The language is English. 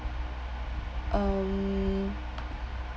um